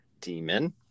demon